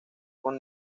con